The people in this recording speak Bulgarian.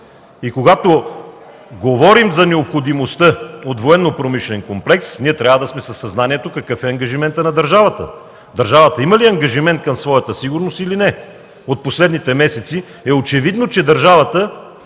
Когато говорим за необходимостта от военно-промишлен комплекс, ние трябва да се сме със съзнанието какъв е ангажиментът на държавата – тя има ли ангажимент към своята сигурност или не? През последните месеци е очевидно, че държавата